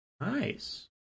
Nice